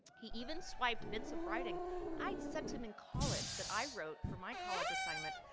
he even swiped bits of writing i'd sent him in college that i wrote for my college assignments,